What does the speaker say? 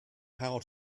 how